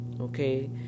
Okay